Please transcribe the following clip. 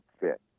fit